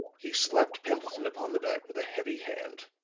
he slapped pendleton upon the back with a heavy, hand.